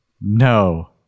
No